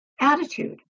attitude